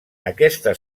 aquesta